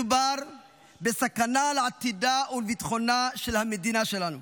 מדובר בסכנה לעתידה ולביטחונה של המדינה שלנו.